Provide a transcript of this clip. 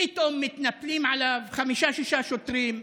פתאום מתנפלים עליו חמישה-שישה שוטרים,